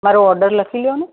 મારો ઓર્ડર લખી લો ને